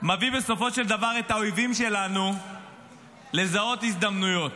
מביא בסופו של דבר את האויבים שלנו לזהות הזדמנויות.